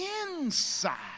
inside